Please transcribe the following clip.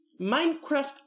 Minecraft